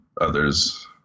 others